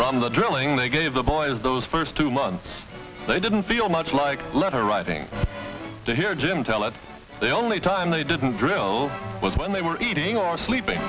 from the drilling they gave the boys those first two months they didn't feel much like letter writing to hear jim tell us the only time they didn't drill was when they were eating or sleeping